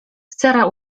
sara